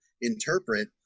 interpret